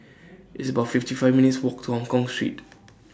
It's about fifty five minutes' Walk to Hongkong Street